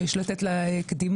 שיש לתת לה קדימות.